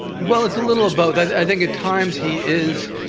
well, it's a little of both. i think at times he is.